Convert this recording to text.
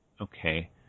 okay